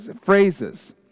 phrases